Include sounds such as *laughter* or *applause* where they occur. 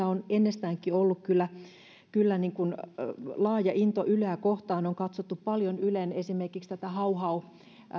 *unintelligible* on ennestäänkin ollut kyllä kyllä laaja into yleä kohtaan on katsottu paljon esimerkiksi tätä ylen hau